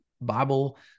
Bible